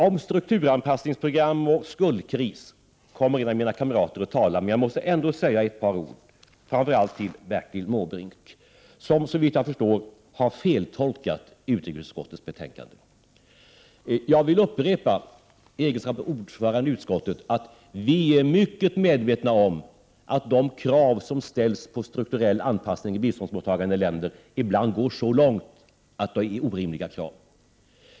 Om strukturanpassningsprogram och skuldkris kommer en av mina kamrater att tala, men jag måste säga ett par ord, framför allt till Bertil Måbrink, som såvitt jag förstår har feltolkat utrikesutskottets betänkande. Jag vill upprepa, i egenskap av ordförande i utskottet, att vi är mycket medvetna om att de krav som ställs på strukturell anpassning i biståndsmottagande länder ibland går så långt att kraven är orimliga.